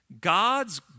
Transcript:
God's